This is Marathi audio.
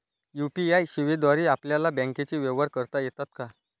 यू.पी.आय सेवेद्वारे आपल्याला बँकचे व्यवहार करता येतात का?